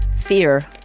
Fear